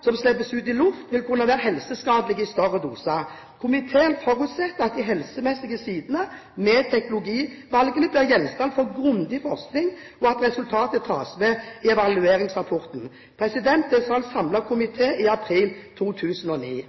som slipper ut i luften vil kunne være helseskadelige i større doser. Komiteen forutsetter at de helsemessige sider ved teknologivalgene blir gjenstand for grundig forskning, og at resultatene tas med i evalueringsrapportene.» Dette sa altså en samlet komité i april 2009.